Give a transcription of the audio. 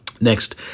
Next